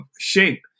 shape